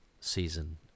season